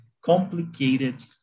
complicated